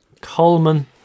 Coleman